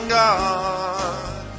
god